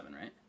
right